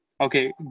Okay